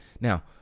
now